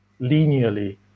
linearly